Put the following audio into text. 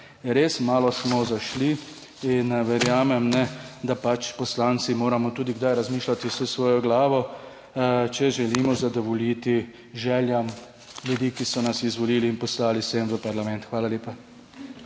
res, malo smo zašli in verjamem, da pač poslanci moramo tudi kdaj razmišljati s svojo glavo, če želimo zadovoljiti željam ljudi, ki so nas izvolili in poslali sem v parlament. Hvala lepa.